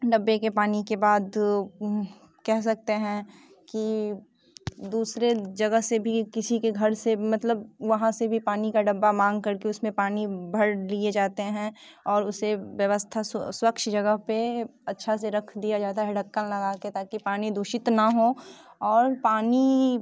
डब्बे के पानी के बाद कह सकते हैं कि दूसरे जगह से भी किसी के घर से मतलब वहाँ से भी पानी का डब्बा मांग कर के उसमें पानी भर लिए जाते हैं और उसे व्यवस्था स्वच्छ जगह पे अच्छा से रख दिया जाता है ढक्कन लगा के ताकि पानी दूषित न हों और पानी